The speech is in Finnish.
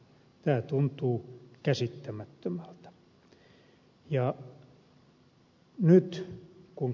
tämä tuntuu käsittämättömältä